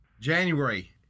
January